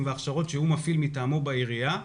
וההכשרות שהוא מפעיל מטעמו בעירייה,